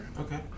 Okay